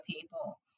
people